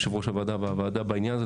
יושבת-ראש הוועדה והוועדה בעניין הזה.